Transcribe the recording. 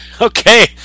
Okay